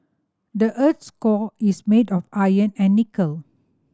the earth's core is made of iron and nickel